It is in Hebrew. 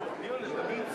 לא יכול להיות אותו נושא,